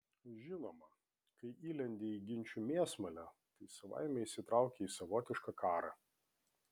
žinoma kai įlendi į ginčų mėsmalę tai savaime įsitrauki į savotišką karą